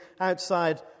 outside